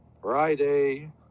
Friday